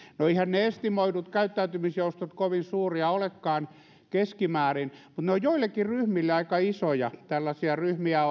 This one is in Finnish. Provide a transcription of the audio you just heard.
no eiväthän ne estimoidut käyttäytymisjoustot kovin suuria olekaan keskimäärin mutta joillekin ryhmille ne ovat aika isoja tällaisia ryhmiä